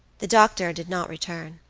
the doctor did not return.